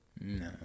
No